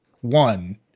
one